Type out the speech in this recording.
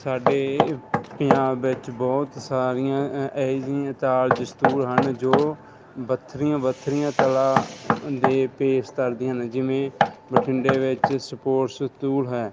ਸਾਡੇ ਪੰਜਾਬ ਵਿੱਚ ਬਹੁਤ ਸਾਰੀਆਂ ਇਹੇ ਜਿਹੀਆਂ ਕਾਲਜ ਸਕੂਲ ਹਨ ਜੋ ਵੱਖਰੀਆਂ ਵੱਖਰੀਆਂ ਕਲਾ ਦੇ ਪੇਸ਼ ਕਰਦੀਆਂ ਹਨ ਜਿਵੇਂ ਬਠਿੰਡੇ ਵਿੱਚ ਸਪੋਟਸ ਸਤੂਲ ਹੈ